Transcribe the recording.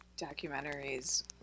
documentaries